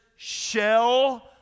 shell